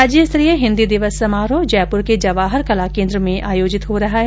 राज्य स्तरीय हिन्दी दिवस समारोह जयपुर के जवाहर कला केन्द्र में आयोजित किया जा रहा है